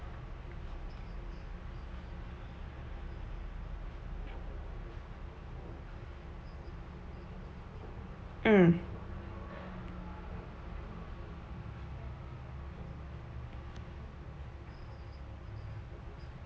mm